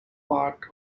part